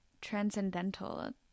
transcendental